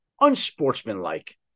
Unsportsmanlike